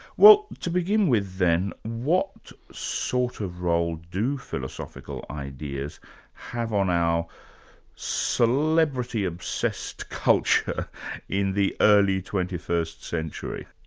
well to begin with then, what sort of role do philosophical ideas have on our celebrity-obsessed culture in the early twenty first century?